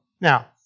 Now